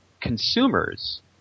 consumers –